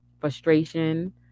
frustration